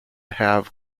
have